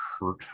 hurt